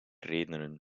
redenen